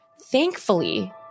thankfully